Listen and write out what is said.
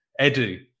Edu